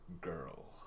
girl